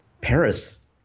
Paris